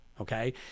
Okay